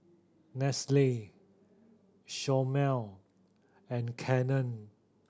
Nestle Chomel and Canon